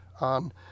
on